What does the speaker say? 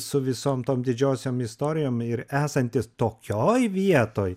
su visom tom didžiosiom istorijom ir esantis tokioj vietoj